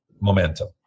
momentum